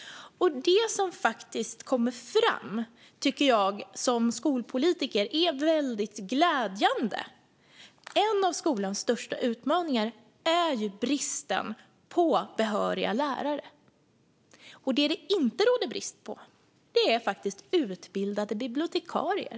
Det som kommer fram tycker jag som skolpolitiker är väldigt glädjande. En av skolans största utmaningar är bristen på behöriga lärare. Men det råder faktiskt inte brist på utbildade bibliotekarier.